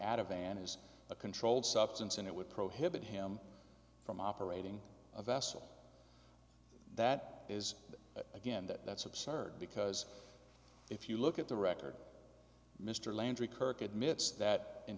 advantage is a controlled substance and it would prohibit him from operating a vessel that is again that's absurd because if you look at the record mr landry kirk admits that in